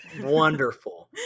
Wonderful